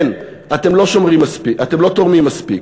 כן, אתם לא תורמים מספיק.